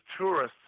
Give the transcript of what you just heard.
tourists